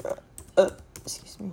excuse me